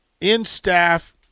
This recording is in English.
in-staff